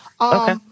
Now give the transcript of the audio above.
Okay